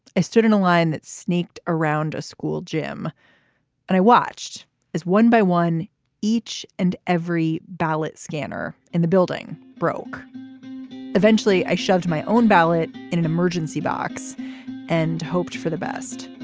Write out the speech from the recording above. i stood in a line that snaked around a school gym and i watched as one by one each and every ballot scanner in the building broke eventually i shoved my own ballot in an emergency box and hoped for the best.